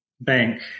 bank